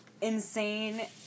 insane